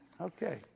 Okay